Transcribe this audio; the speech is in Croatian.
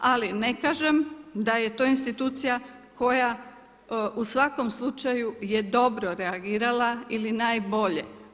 Ali ne kažem da je to institucija koja u svakom slučaju je dobro reagirala ili najbolje.